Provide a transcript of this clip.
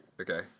Okay